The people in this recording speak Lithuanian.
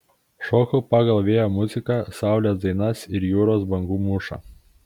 šoku pagal vėjo muziką saulės dainas ir jūros bangų mūšą